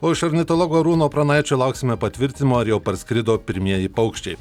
o iš ornitologo arūno pranaičio lauksime patvirtinimo ar jau parskrido pirmieji paukščiai